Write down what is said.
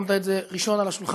שמת את זה ראשון על השולחן,